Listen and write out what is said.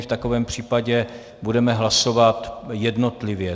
V takovém případě budeme hlasovat jednotlivě.